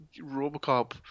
robocop